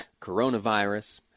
coronavirus